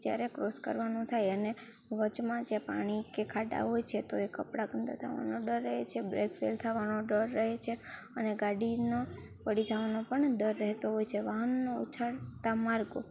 જ્યારે ક્રોસ કરવાનું થાય અને વચમાં જે પાણી કે ખાડા હોય છે તો એ કપડાં ગંદા થવાનો ડર રહે છે બ્રેક ફેલ થવાનો ડર રહે છે અને ગાડીનો પડી જવાનો પણ ડર રહેતો હોય છે વાહનનો ઉછાળતા માર્ગો